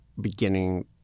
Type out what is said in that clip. beginning